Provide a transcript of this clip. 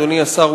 אדוני השר,